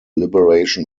liberation